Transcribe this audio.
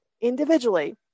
individually